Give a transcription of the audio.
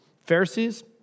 Pharisees